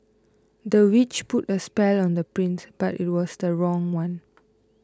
the witch put a spell on the prince but it was the wrong one